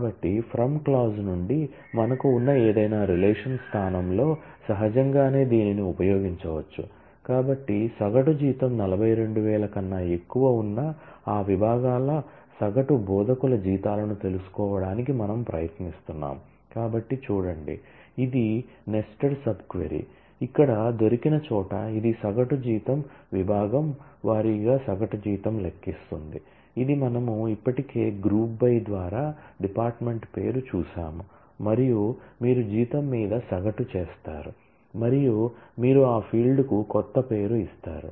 కాబట్టి from clause ద్వారా department పేరు చూశాము మరియు మీరు జీతం మీద సగటు చేస్తారు మరియు మీరు ఆ ఫీల్డ్ కి కొత్త పేరు ఇస్తారు